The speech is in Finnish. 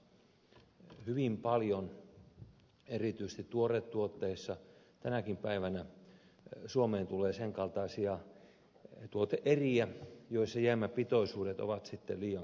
hyvin paljon erityisesti tuoretuotteita tänäkin päivänä suomeen tulee sen kaltaisia tuote eriä joissa jäämäpitoisuudet ovat liian korkeita